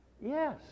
Yes